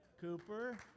Cooper